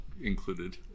included